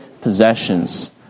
possessions